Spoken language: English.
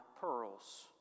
pearls